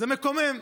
זה מקומם,